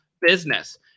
business